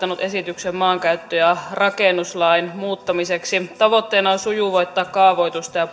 esityksen maankäyttö ja rakennuslain muuttamiseksi tavoitteena on sujuvoittaa kaavoitusta ja